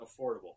affordable